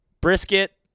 Brisket